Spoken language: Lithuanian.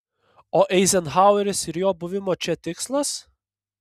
o eizenhaueris ir jo buvimo čia tikslas